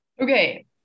Okay